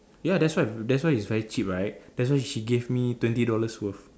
ya that's why that's why it's very cheap right that's why she gave me twenty dollars worth